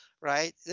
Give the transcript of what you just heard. right